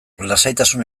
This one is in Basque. lasaitasun